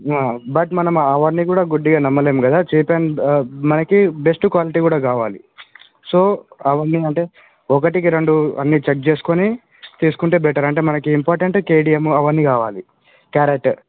but మనము అవన్నీ కూడా గుడ్డిగా నమ్మలేము కదా చీప్ అండ్ మనకు బెస్ట్ క్వాలిటీ కూడా కావాలి సో అవన్నీ అంటే ఒకటికి రెండు అన్ని చెక్ చేసుకొని తీసుకుంటే బెటర్ అంటే మనకు ఇంపార్టెంట్ కేడియం అవి అన్నీ కావాలి కారెట్